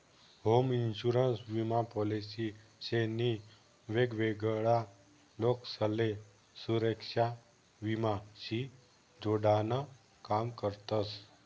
home insurance विमा policy शे नी वेगवेगळा लोकसले सुरेक्षा विमा शी जोडान काम करतस